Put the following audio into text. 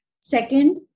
Second